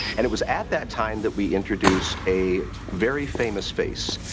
and it was at that time that we introduced a very famous face,